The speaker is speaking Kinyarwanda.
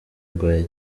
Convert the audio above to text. arwaye